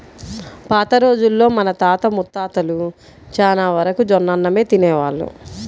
పాత రోజుల్లో మన తాత ముత్తాతలు చానా వరకు జొన్నన్నమే తినేవాళ్ళు